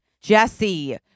Jesse